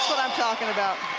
i'm talking about.